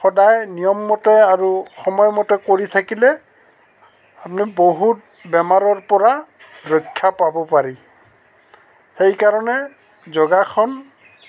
সদায় নিয়মমতে আৰু সময়মতে কৰি থাকিলে আপুনি বহুত বেমাৰৰ পৰা ৰক্ষা পাব পাৰি সেইকাৰণে যোগাসন